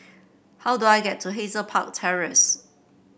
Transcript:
how do I get to Hazel Park Terrace